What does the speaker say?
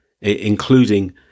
including